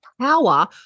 power